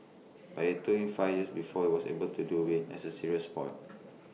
but IT took him five years before he was able to do IT as A serious Sport